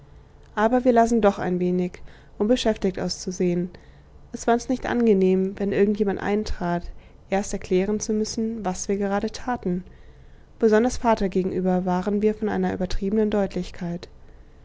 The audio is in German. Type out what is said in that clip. aber wir lasen doch ein bißchen um beschäftigt auszusehen es war uns nicht angenehm wenn irgend jemand eintrat erst erklären zu müssen was wir gerade taten besonders vater gegenüber waren wir von einer übertriebenen deutlichkeit